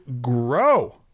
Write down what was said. grow